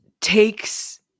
takes